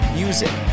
music